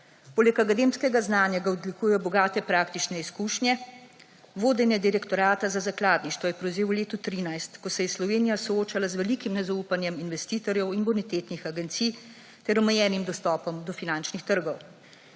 Poleg akademskega znanja ga odlikujejo bogate praktične izkušnje. Vodenje Direktorata za zakladništvo je prevzel v letu 2013, ko se je Slovenija soočala z velikim nezaupanjem investitorjev in bonitetnih agencij ter omejenim dostopom do finančnih trgov.